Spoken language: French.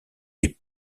les